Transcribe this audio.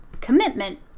Commitment